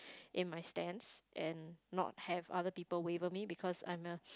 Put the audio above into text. in my stance and not have other people waver me because I'm a